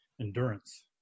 endurance